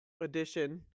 edition